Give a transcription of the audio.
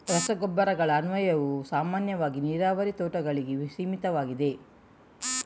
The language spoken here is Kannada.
ರಸಗೊಬ್ಬರಗಳ ಅನ್ವಯವು ಸಾಮಾನ್ಯವಾಗಿ ನೀರಾವರಿ ತೋಟಗಳಿಗೆ ಸೀಮಿತವಾಗಿದೆ